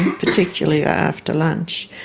particularly after lunch,